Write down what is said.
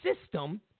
system